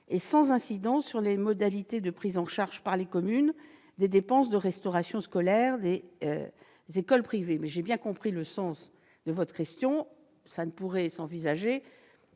sans incidence sur les modalités de prise en charge par les communes des dépenses de restauration scolaire des écoles privées. J'ai bien compris le sens de votre question, mais le risque